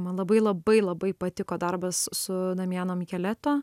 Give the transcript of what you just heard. man labai labai labai patiko darbas su namjano mikeleto